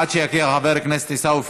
עד שיגיע חבר הכנסת עיסאווי פריג',